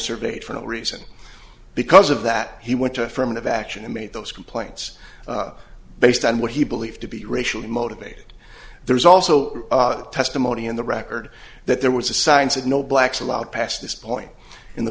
surveyed for no reason because of that he went to affirmative action and made those complaints based on what he believed to be racially motivated there was also testimony in the record that there was a sign said no blacks allowed past this point in the